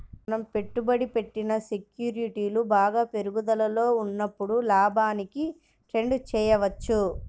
మనం పెట్టుబడి పెట్టిన సెక్యూరిటీలు బాగా పెరుగుదలలో ఉన్నప్పుడు లాభానికి ట్రేడ్ చేయవచ్చు